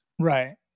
Right